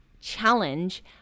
challenge